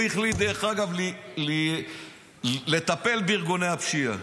הוא החליט, דרך אגב, לטפל בארגוני הפשיעה.